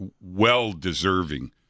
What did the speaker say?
well-deserving